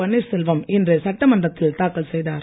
பன்னீர்செல்வம் இன்று சட்டமன்றத்தில் தாக்கல் செய்தார்